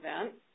event